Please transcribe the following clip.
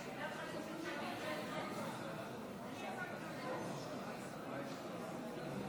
וכך הוסרו שלוש הצעות האי-אמון בממשלה.